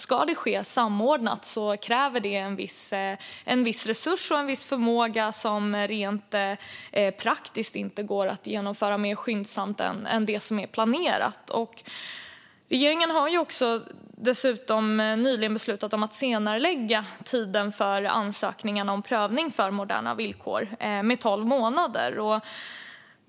Ska detta ske samordnat krävs det vissa resurser och en viss förmåga som gör att det rent praktiskt inte går att genomföra mer skyndsamt än vad som är planerat. Regeringen har dessutom nyligen beslutat om att senarelägga tiden för ansökning om prövning för moderna villkor med tolv månader.